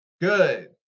Good